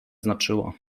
znaczyła